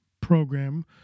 program